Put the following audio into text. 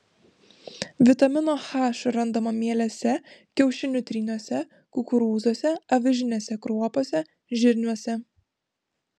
vitamino h randama mielėse kiaušinių tryniuose kukurūzuose avižinėse kruopose žirniuose